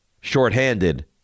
shorthanded